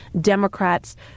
Democrats